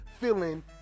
feeling